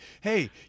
hey